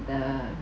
the